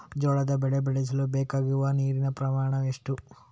ಜೋಳದ ಬೆಳೆ ಬೆಳೆಸಲು ಬೇಕಾಗುವ ನೀರಿನ ಪ್ರಮಾಣ ಎಷ್ಟು?